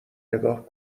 نگاه